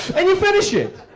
and you finish it.